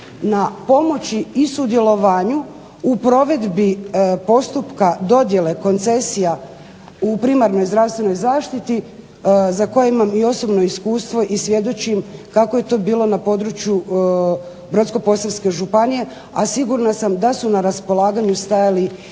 na pomoći i sudjelovanju u provedbi postupka dodjele koncesija u primarnoj zdravstvenoj zaštiti za koje imam osobno iskustvo i svjedočim kako je to bilo na području Brodsko-posavske županije, a sigurna sam da su na raspolaganju stajali